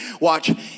Watch